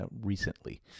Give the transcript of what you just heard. recently